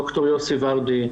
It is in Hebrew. ד"ר יוסי ורדי,